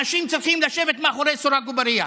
אנשים צריכים לשבת מאחורי סורג ובריח.